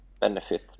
benefit